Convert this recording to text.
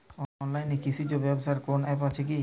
অনলাইনে কৃষিজ ব্যবসার কোন আ্যপ আছে কি?